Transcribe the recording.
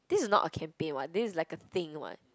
this is not a campaign [what] this is like a thing [what]